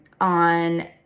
on